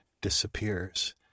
disappears